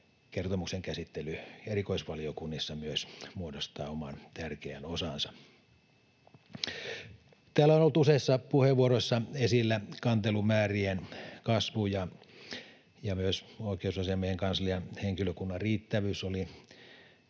kertomuksen käsittely erikoisvaliokunnissa myös muodostaa oman tärkeän osansa. Täällä on ollut useissa puheenvuoroissa esillä kantelumäärien kasvu, ja myös oikeusasiamiehen kanslian henkilökunnan riittävyys oli